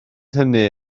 hynny